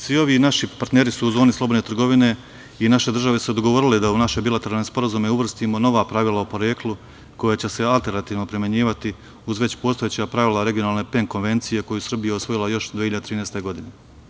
Svi ovi naši partneri su u zoni slobodne trgovine i naše države su se dogovorile da u naše bilateralne sporazume uvrstimo nova pravila o poreklu koje će se alternativno primenjivati uz već postojeća pravila regionalne PEN konvencije koju Srbija osvojila 2013. godine.